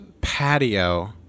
patio